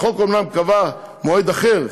החוק אומנם קבע מועד אחר,